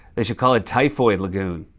they should call it typhoid lagoon.